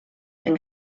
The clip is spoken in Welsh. yng